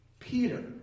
Peter